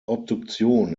obduktion